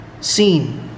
Seen